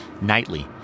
Nightly